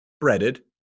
breaded